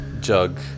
jug